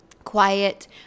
quiet